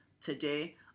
today